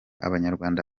abanyarwanda